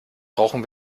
brauchen